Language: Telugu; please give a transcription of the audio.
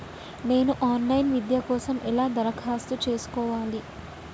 నేను ఆన్ లైన్ విద్య కోసం ఎలా దరఖాస్తు చేసుకోవాలి?